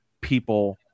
people